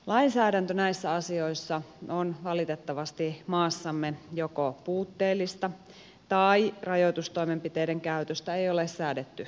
lainsäädäntö näissä asioissa on valitettavasti maassamme joko puutteellista tai rajoitustoimenpiteiden käytöstä ei ole säädetty lainkaan